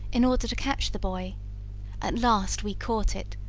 in order to catch the buoy at last we caught it,